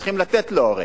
הרי צריכים לתת לו.